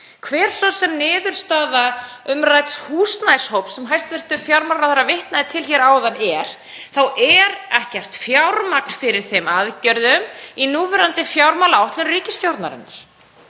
Hver svo sem niðurstaða umrædds húsnæðishóps, sem hæstv. fjármálaráðherra vitnaði til hér áðan, er þá er ekkert fjármagn fyrir þeim aðgerðum í núverandi fjármálaáætlun ríkisstjórnarinnar.